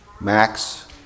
Max